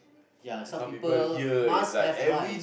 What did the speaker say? ya some people must have rice